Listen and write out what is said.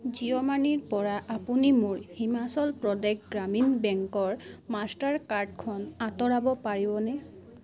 জিঅ' মানিৰ পৰা আপুনি মোৰ হিমাচল প্ৰদেশ গ্ৰামীণ বেংকৰ মাষ্টাৰ কাৰ্ডখন আঁতৰাব পাৰিবনে